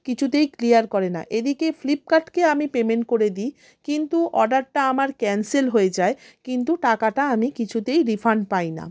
কিছুতেই ক্লিয়ার করে না এদিকে ফ্লিপকার্টকে আমি পেমেন্ট করে দিই কিন্তু অর্ডারটা আমার ক্যান্সেল হয়ে যায় কিন্তু টাকাটা আমি কিছুতেই রিফান্ড পাই না